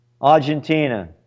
Argentina